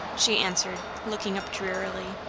she answered, looking up drearily,